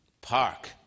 Park